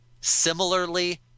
similarly